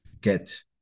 get